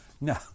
No